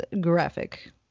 graphic